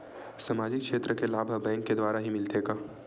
सामाजिक क्षेत्र के लाभ हा बैंक के द्वारा ही मिलथे का?